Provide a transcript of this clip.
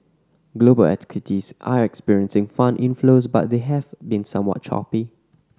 global equities are experiencing fund inflows but they have been somewhat choppy